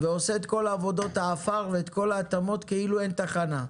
ועושה את כל עבודות העפר ואת כל ההתאמות כאילו אין תחנה,